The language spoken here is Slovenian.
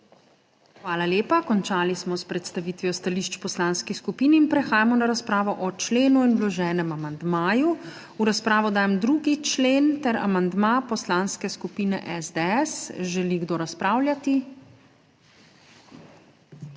Hvala lepa. Končali smo s predstavitvijo stališč poslanskih skupin in prehajamo na razpravo o členu in vloženem amandmaju. V razpravo dajem 2. člen ter amandma Poslanske skupine SDS. Želi kdo razpravljati?